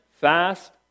fast